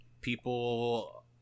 people